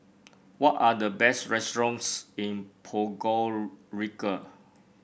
what are the best restaurants in Podgorica